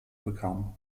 bekam